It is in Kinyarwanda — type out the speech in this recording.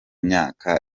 myaka